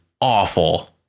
awful